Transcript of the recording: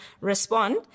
respond